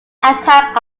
attack